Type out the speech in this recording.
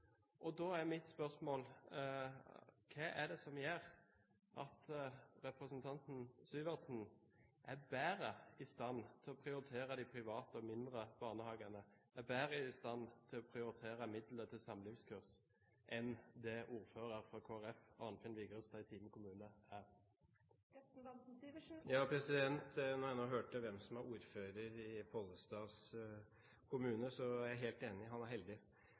samlivskurs. Da er mitt spørsmål: Hva er det som gjør at representanten Syversen er bedre i stand til å prioritere de private og mindre barnehagene, og er bedre i stand til å prioritere midler til samlivskurs, enn det ordføreren fra Kristelig Folkeparti, Arnfinn Vigrestad, i Time kommune er? Når jeg nå hørte hvem som er ordfører i Pollestads kommune, er jeg helt enig, han er heldig!